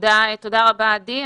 תודה רבה, עדי.